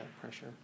pressure